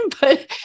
but-